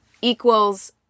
equals